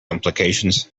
implications